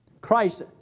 Christ